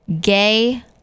gay